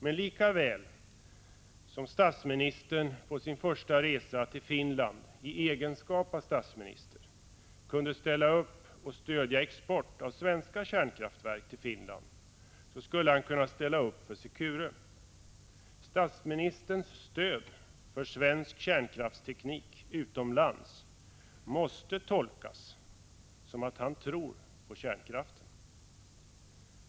Men lika väl som Ingvar Carlsson på sin första resa till Finland i egenskap av statsminister kunde ställa upp och stödja export av svenska kärnkraftverk till Finland, skulle han kunna ställa upp för Secure. Statsministerns stöd för svensk kärnkraftsteknik utomlands måste tolkas som att han tror på kärnkraften.